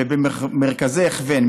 ובמרכזי הכוון,